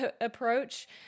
approach